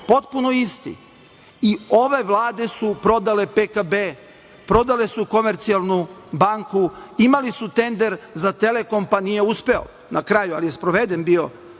Potpuno isti i ove vlade su prodale PKB, prodale su Komercijalnu banku, imali su tender za Telekom pa nije uspeo, ali je bio sproveden skroz